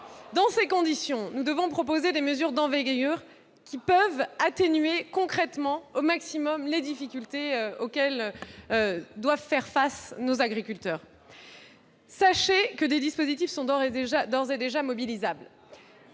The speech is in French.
Dans ces conditions, nous devons proposer des mesures d'envergure qui peuvent atténuer concrètement au maximum les difficultés auxquelles doivent faire face nos agriculteurs. Sachez que des dispositifs sont d'ores et déjà mobilisables.